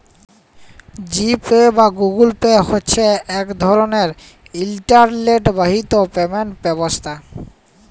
জি Pay বা Google Pay হছে ইক রকমের ইলটারলেট বাহিত পেমেল্ট ব্যবস্থা